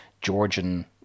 Georgian